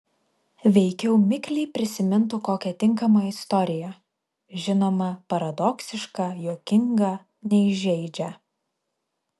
veikiau mikliai prisimintų kokią tinkamą istoriją žinoma paradoksišką juokingą neįžeidžią